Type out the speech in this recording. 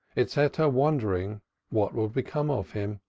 it set her wondering what would become of him?